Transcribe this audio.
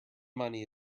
money